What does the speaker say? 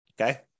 okay